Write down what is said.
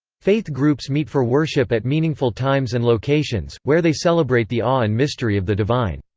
faith groups meet for worship at meaningful times and locations, where they celebrate the awe and mystery of the divine.